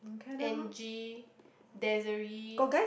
Angie Desiree